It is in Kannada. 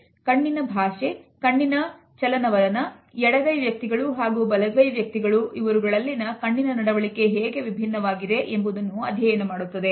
ಕಣ್ಣಿನ ಭಾಷೆ ಕಣ್ಣಿನ ಚಲನವಲನ ಎಡಗೈ ವ್ಯಕ್ತಿಗಳು ಹಾಗೂ ಬಲಗೈ ವ್ಯಕ್ತಿಗಳು ಇವರುಗಳಲ್ಲಿ ಕಣ್ಣಿನ ನಡವಳಿಕೆ ಹೇಗೆ ವಿಭಿನ್ನವಾಗಿದೆ ಎಂಬುದನ್ನು ಅಧ್ಯಯನ ಮಾಡುತ್ತದೆ